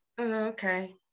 Okay